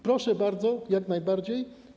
Proszę bardzo, jak najbardziej.